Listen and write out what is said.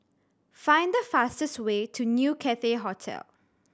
find the fastest way to New Cathay Hotel